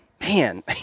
Man